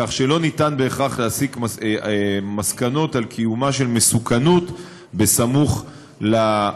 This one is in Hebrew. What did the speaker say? כך שאין אפשרות בהכרח להסיק מסקנות על קיומה של מסוכנות סמוך לאירוע.